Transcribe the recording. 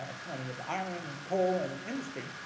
ah plenty of iron and coal and industry,